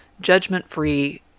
judgment-free